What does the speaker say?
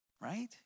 Right